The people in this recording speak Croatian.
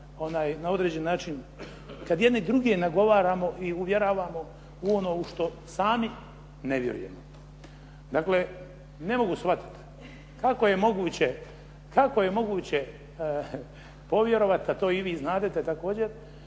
na određeni način, kada jedni druge nagovaramo i uvjeravamo u ono u šta sami ne vjerujemo. Dakle, ne mogu shvatiti, ako je moguće, ako je moguće povjerovati, a to i vi znadete također